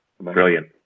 Brilliant